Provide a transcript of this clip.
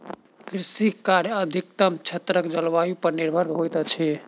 कृषि कार्य अधिकतम क्षेत्रक जलवायु पर निर्भर होइत अछि